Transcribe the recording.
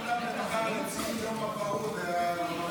זה מקשה אחת או שאפשר להצביע על א'?